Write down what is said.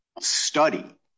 study